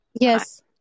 Yes